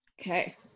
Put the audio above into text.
Okay